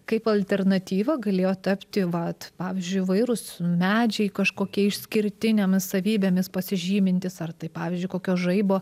kaip alternatyva galėjo tapti vat pavyzdžiui įvairūs medžiai kažkokie išskirtinėmis savybėmis pasižymintys ar tai pavyzdžiui kokio žaibo